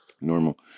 normal